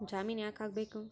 ಜಾಮಿನ್ ಯಾಕ್ ಆಗ್ಬೇಕು?